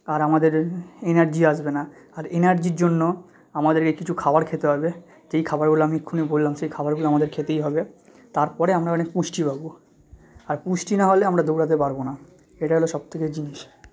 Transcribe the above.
আর আমাদের এনার্জি আসবে না আর এনার্জির জন্য আমাদেরকে কিছু খাবার খেতে হবে যেই খাবারগুলো আমি এক্ষুণি বললাম সেই খাবারগুলো আমাদের খেতেই হবে তারপরে আমরা অনেক পুষ্টি পাব আর পুষ্টি না হলে আমরা দৌড়াতে পারব না এটাই হল সব থেকে জিনিস